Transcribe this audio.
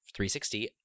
360